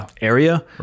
area